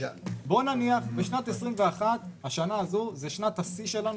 בוא נניח בשנת 21 השנה הזו זה שנת השיא שלנו